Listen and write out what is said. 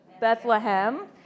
Bethlehem